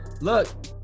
Look